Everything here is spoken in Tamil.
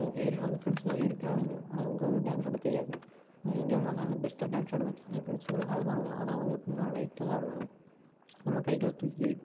எங்கள் ஏரியாவில் வந்து ஃப்ரெண்ட்ஸுலாம் இருக்கிறானுங்க ஆனால் உங்கள் அளவு டேன்ஸ் ஆட தெரியாது இங்கேன்னா நான் தான் நல்லா பெஸ்ட்டாக டேன்ஸ் ஆடுவேன் என் ஃப்ரெண்ட்ஸுங்களும் ஆடுவானுங்க ஆனால் அவங்க எப்புடின்னா லைட்டாக தான் ஆடுவாங்க நம்ம கை கால் தூக்கி